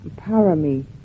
parami